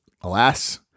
alas